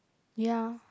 ya